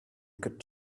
could